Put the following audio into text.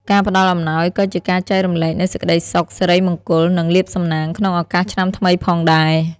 ការផ្តល់អំណោយក៏ជាការចែករំលែកនូវសេចក្តីសុខ សិរីមង្គល និងលាភសំណាងក្នុងឱកាសឆ្នាំថ្មីផងដែរ។